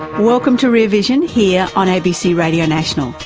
welcome to rear vision, here on abc radio national,